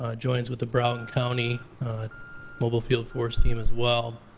ah joint with the brown county mobile field force team as well,